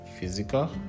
physical